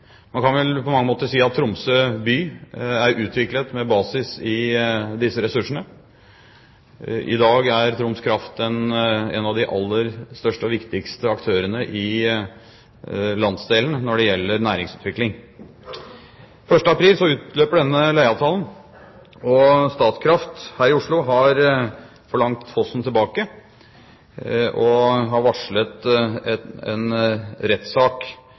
Man kan på mange måter si at Tromsø by er utviklet med basis i disse ressursene. I dag er Troms Kraft en av de aller største og viktigste aktørene i landsdelen når det gjelder næringsutvikling. Den 1. april utløper denne leieavtalen, og Statkraft her i Oslo har forlangt fossen tilbake og har varslet en rettssak